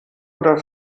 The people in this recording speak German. oder